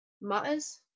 matters